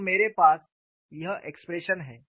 तो मेरे पास यह एक्सप्रेशन है